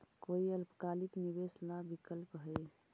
कोई अल्पकालिक निवेश ला विकल्प हई?